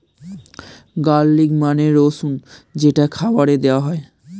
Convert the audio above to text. garlic মানে রসুন যেটা খাবারে দেওয়া হয়